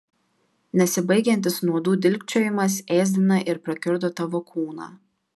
nesibaigiantis nuodų dilgčiojimas ėsdina ir prakiurdo tavo kūną